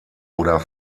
oder